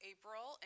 April